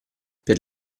per